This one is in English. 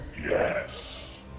Yes